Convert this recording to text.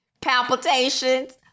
Palpitations